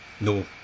No